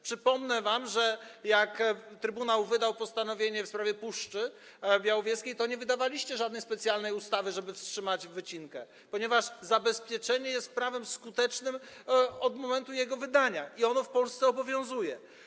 Przypomnę wam, że jak Trybunał wydał postanowienie w sprawie Puszczy Białowieskiej, to nie przygotowaliście żadnej specjalnej ustawy, żeby wstrzymać wycinkę, ponieważ zabezpieczenie jest prawem skutecznym od momentu jego wydania i ono w Polsce obowiązuje.